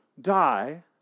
die